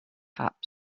top